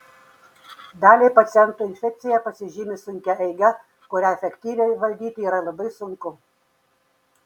daliai pacientų infekcija pasižymi sunkia eiga kurią efektyviai valdyti yra labai sunku